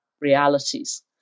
realities